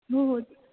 हो हो